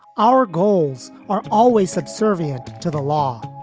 our goals are always subservient to the law.